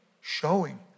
showing